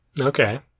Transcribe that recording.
Okay